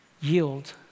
yield